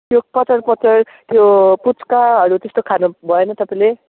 त्यो कचरपचर त्यो पुच्काहरू त्यस्तो खानु भएन तपाईँले